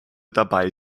dabei